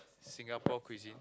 Singapore cuisine